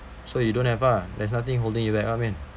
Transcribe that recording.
so you don't have ah there's nothing holding you back ah min